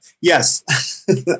Yes